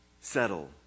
settle